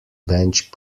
bench